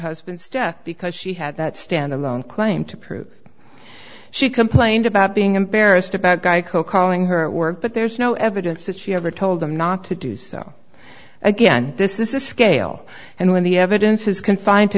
husband's death because she had that stand alone claim to prove she complained about being embarrassed about geico calling her work but there's no evidence that she ever told them not to do so again this is a scale and when the evidence is confined to